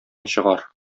чыгар